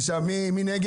6. מי נגד?